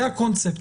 זה הקונספט.